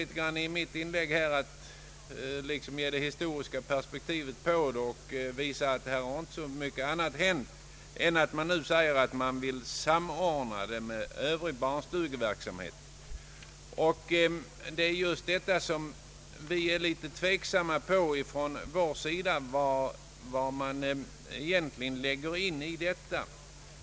Jag försökte i mitt tidigare inlägg att i viss mån ge det historiska perspektivet på frågan och visa att så mycket annat inte har hänt än att man nu säger sig vilja samordna förskolan med övrig barnstugeverksamhet. Från vår sida är vi mycket tveksamma just när det gäller vad man egentligen lägger in i detta.